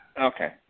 Okay